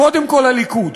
קודם כול הליכוד,